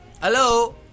Hello